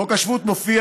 חוק השבות,